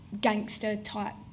gangster-type